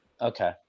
Okay